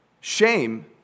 Shame